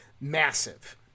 Massive